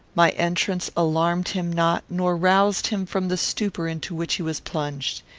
my entrance alarmed him not, nor roused him from the stupor into which he was plunged.